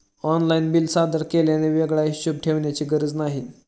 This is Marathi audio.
ऑनलाइन बिल सादर केल्याने वेगळा हिशोब ठेवण्याची गरज नाही